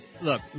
look